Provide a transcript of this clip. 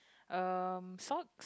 um socks